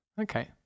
okay